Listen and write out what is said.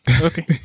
Okay